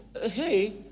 hey